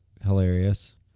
hilarious